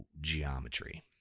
geometry